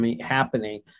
happening